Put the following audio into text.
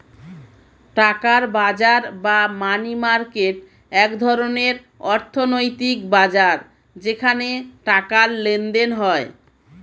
টাকার বাজার বা মানি মার্কেট এক ধরনের অর্থনৈতিক বাজার যেখানে টাকার লেনদেন হয়